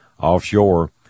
offshore